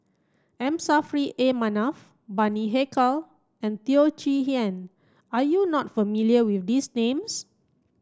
M Saffri A Manaf Bani Haykal and Teo Chee Hean are you not familiar with these names